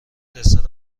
دسر